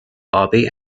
bobby